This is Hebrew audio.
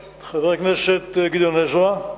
2. אדוני היושב-ראש, חבר הכנסת גדעון עזרא,